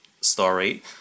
story